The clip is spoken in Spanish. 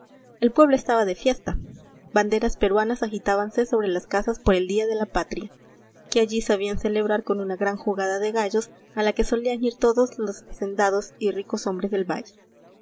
el pueblo estaba de fiesta banderas peruanas agitábanse sobre las casas por el día de la patria que allí sabían celebrar con una gran jugada de gallos a la que solían ir todos los hacendados y ricos hombres del valle